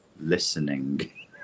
listening